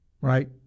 right